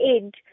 end